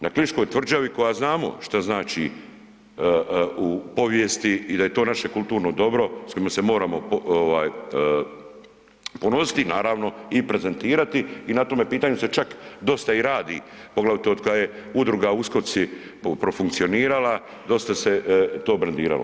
Na kliškoj tvrđavi koja znamo šta znači u povijesti i da je to naše kulturno dobro s kojim se moramo ovaj ponositi, naravno i prezentirati i na tome pitanju se čak dosta i radi, poglavito otkad je udruga Uskoci profunkcionirala, dosta se to brendiralo.